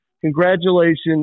congratulations